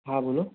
હા બોલો